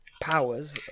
powers